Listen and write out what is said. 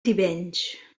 tivenys